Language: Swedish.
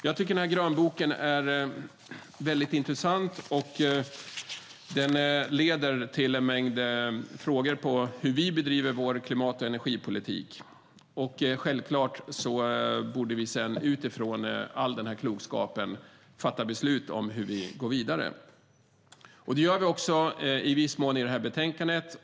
Jag tycker att den här grönboken är mycket intressant och väcker en mängd frågor om hur vi bedriver vår klimat och energipolitik. Självklart borde vi utifrån all den klokskap vi får fatta beslut om hur vi ska gå vidare. Det gör vi i viss mån i och med det här betänkandet.